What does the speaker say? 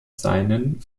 seinen